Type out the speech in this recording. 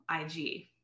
ig